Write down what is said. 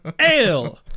Ale